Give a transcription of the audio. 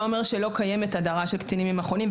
לא אומר שלא קיימת הדרה של קטינים ממכונים.